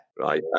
Right